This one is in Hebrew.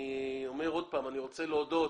אני רוצה להודות